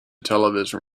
television